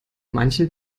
manchen